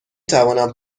توانم